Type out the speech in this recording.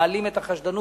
ומעלים את החשדנות.